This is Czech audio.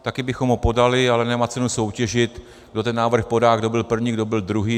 Taky bychom ho podali, ale nemá cenu soutěžit, kdo ten návrh podá, kdo byl první, kdo druhý.